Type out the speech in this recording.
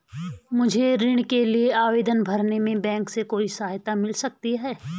मुझे ऋण के लिए आवेदन भरने में बैंक से कोई सहायता मिल सकती है?